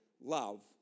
love